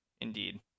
indeed